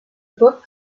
book